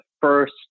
first